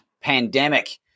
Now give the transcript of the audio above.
pandemic